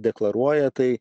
deklaruoja tai